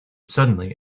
suddenly